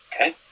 Okay